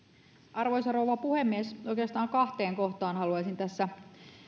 arvoisa rouva puhemies oikeastaan kahteen kohtaan haluaisin tässä